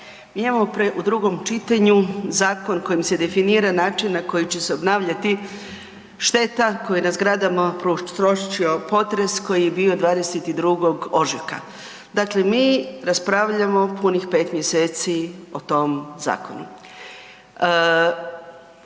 Mi imamo u drugom čitanju zakon kojim se definira način na koji će se obnavljati šteta koju je na zgradama prouzročio potres koji je bio 22. ožujka, dakle mi raspravljamo punih pet mjeseci o tom zakonu.